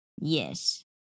Yes